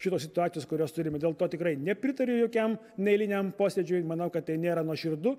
šitos situacijos kurios turime dėl to tikrai nepritariu jokiam neeiliniam posėdžiui manau kad tai nėra nuoširdu